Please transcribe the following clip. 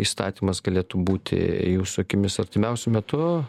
įstatymas galėtų būti jūsų akimis artimiausiu metu